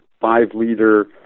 five-liter